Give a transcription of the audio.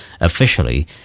officially